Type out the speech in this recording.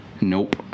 Nope